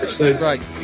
Right